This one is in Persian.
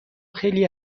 خیلی